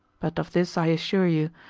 but of this i assure you,